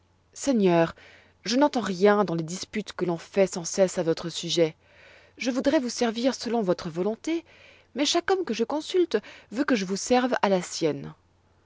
seigneur je n'entends rien dans les disputes que l'on fait sans cesse à votre sujet je voudrois vous servir selon votre volonté mais chaque homme que je consulte veut que je vous serve à la sienne